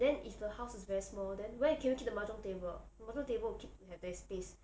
then if the house is very small than where can we keep the mahjong table the mahjong table need to have their space